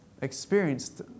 experienced